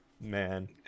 man